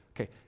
Okay